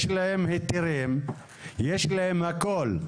יש להם היתרים ויש להם הכל,